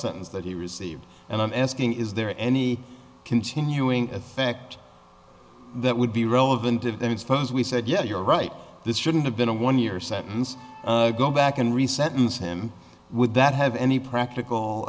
sentence that he received and i'm asking is there any continuing effect that would be relevant if they would suppose we said yeah you're right this shouldn't have been a one year sentence go back and reset use him would that have any practical